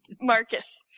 Marcus